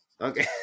Okay